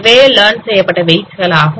இவையே லர்ன் செய்யப்பட்ட வெயிட் களாகும்